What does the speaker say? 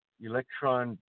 electron